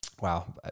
Wow